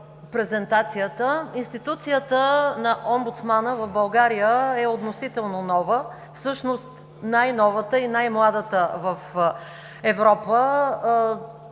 презентацията. Институцията на омбудсмана в България е относително нова, всъщност най-новата и най-младата в Европа,